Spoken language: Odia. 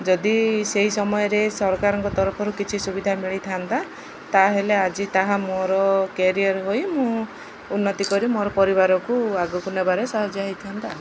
ଯଦି ସେଇ ସମୟରେ ସରକାରଙ୍କ ତରଫରୁ କିଛି ସୁବିଧା ମିଳିଥାନ୍ତା ତାହେଲେ ଆଜି ତାହା ମୋର କ୍ୟାରିଅର ହୋଇ ମୁଁ ଉନ୍ନତି କରି ମୋର ପରିବାରକୁ ଆଗକୁ ନେବାରେ ସାହାଯ୍ୟ ହେଇଥାନ୍ତା